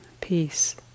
peace